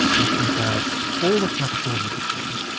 if you have all the capital you could spend,